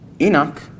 Enoch